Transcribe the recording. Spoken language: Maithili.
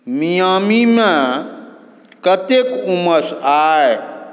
मियामीमे कतेक उमस आइ